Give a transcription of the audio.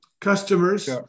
customers